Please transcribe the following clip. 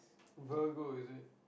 virgo is it